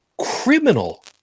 criminal